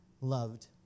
loved